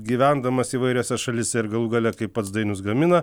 gyvendamas įvairiose šalyse ir galų gale kaip pats dainius gamina